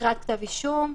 הקראת כתב אישום,